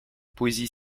poésie